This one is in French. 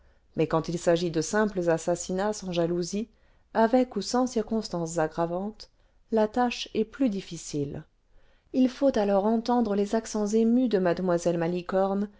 mais quand il s'agit de simples assassinats sans jalousie avec ou sans circonstances aggravantes la tâche est plus difficile il faut alors entendre les accents émus de mlle malicorne